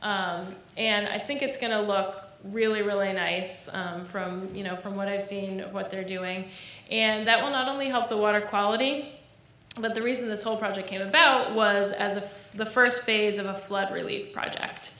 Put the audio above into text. plain and i think it's going to look really really nice from you know from what i've seen and what they're doing and that will not only help the water quality but the reason this whole project came about was as of the first phase of a flood relief project